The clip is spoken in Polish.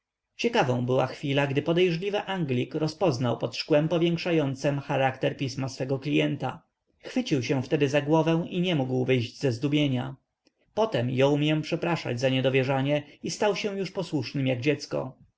ciekawą była chwila gdy podejrzliwy anglik rozpoznał pod szkłem powiększającem charakter pisma swego klienta chwycił się wtedy za głowę i nie mógł wyjść ze zdumienia potem jął mię przepraszać za niedowierzanie i stał się już posłusznym jak dziecko